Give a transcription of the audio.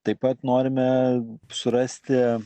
taip pat norime surasti